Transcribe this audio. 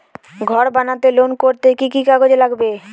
ঘর বানাতে লোন করতে কি কি কাগজ লাগবে?